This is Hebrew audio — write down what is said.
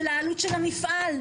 של העלות של המפעל,